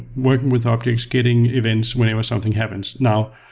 working with objects, getting events whenever something happens. now,